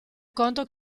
conto